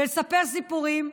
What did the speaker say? בלספר סיפורים,